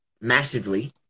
Massively